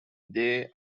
they